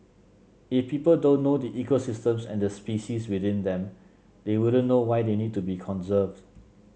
if people don't know the ecosystems and the species within them they wouldn't know why they need to be conserved